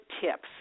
tips